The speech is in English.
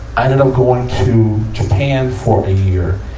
i ended up going to japan for a year.